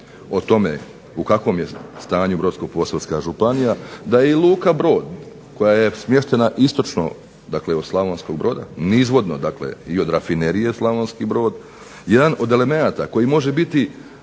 o tome u kakvom je stanju Brodsko-posavska županija, da je i Luka Brod koja je smješteno istočno od Slavonskog Broda, nizvodno i od rafinerije Slavonski Brod, jedan od elemenata koji se može